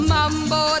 Mambo